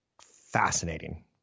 fascinating